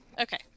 Okay